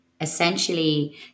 Essentially